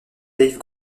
dave